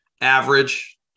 average